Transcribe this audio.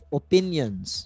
opinions